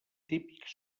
típics